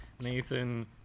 Nathan